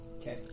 Okay